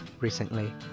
recently